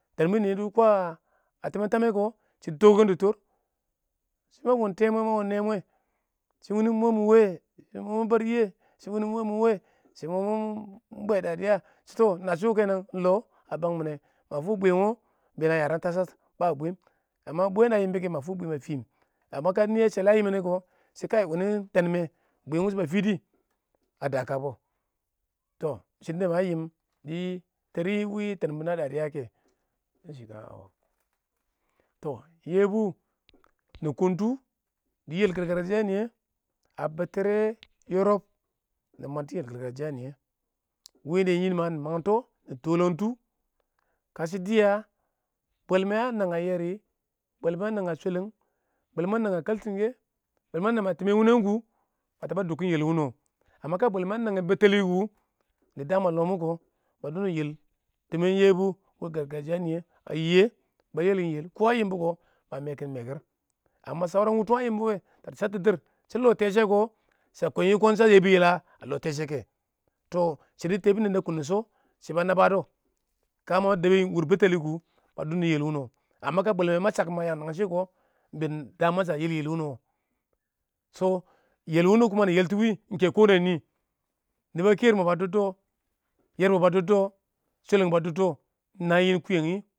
kə mɪ fan a tɪmɛn tamɛ kɪ shɪ dɪ tikints dɪ tiir shɪ ma wom tɛa nɛɛn ma wɔɔm nea mwɛ shɪ ma wom teamer ma wɔɔm naa mwɛ shɪ wuni mʊ mɪ wɛ? shɪ wuni mʊ mɪ wa? shɪ ma mɪ bweda shɪ tɔ iɪng natshu iɪng longɪm a bangmine ma fu bwaee wo iɪng been a yaran tashara ba bwiim bween da a yɪmba kɛ ma fu bwiim a fɪm nɪ wʊ shɛlɛ a lang nɛ kɪ ma fu shɪ kaɪ iɪng bwiin wʊshɛ ba fidi a dankang bɪ tɔ iɪng shidɔ ma fankuwɪ dɪ wɪɪn tɛnbʊn mɪn a dadiya kɛ tɔ yɛbʊ nɪ kuntu dɪ yel niiys a bettare yorsbi nɪ mangttu yel niyɛ wɪɪn dɪ nɪn ma nɪ mangtɔ nɪ txlintu kashɪ dɪya bwalme a nang a yeri bwalme nang shwalang bwalme a nang a kaltunga, bwalme a nang a tɪman wunang kʊ ba dubds yel wuna wo kashɪ bwalme a nang nge bettali kə dɪ daam a lɔ kʊ ba lang lang yel tɪman yɛbʊ wɪɪn niyɛ a yiya ba yalim yel kʊ a yɪmba kʊ ma mekɪr mekɪr wutum a yɪmba wɛ dɪ shats dɪrr shɪ la tɛɛ shɪya sha kiɪn nɪ kiɪn sha yelbu yel a lɔ tɛa sha kɛ shidɔ teabun nɪn a kʊn dɪ shɪ naba nabada da ma dobbi wur baltali kʊ ba dub dub yal wuna wo kə bwelme ma shale a yangin nang shɪ kɪ ba dilds yel yel wʊ yel wuns nɪ yel tu wɪɪn iɪng kɛ kʊ wunna nɪ yamba keyir haba doubds yerbs naba dubds shweleng ba dubds iɪng yɪl kuyengi tɛa bʊn niyɛ a kʊn dang dɪ shəkɛ